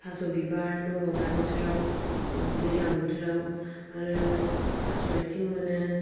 थास' बिबार दङ दा बोथोराव ओम दैज्लां बोथोराव आरो थास' आथिं मोनो